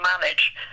manage